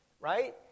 right